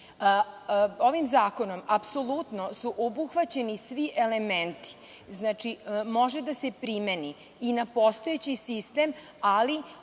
zakonom apsolutno su obuhvaćeni svi elementi, što znači da može da se primeni i na postojeći sistem, ali